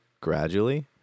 gradually